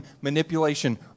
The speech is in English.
manipulation